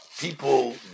people